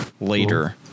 later